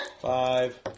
five